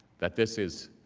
that this is,